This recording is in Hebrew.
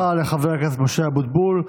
תודה רבה לחבר הכנסת משה אבוטבול.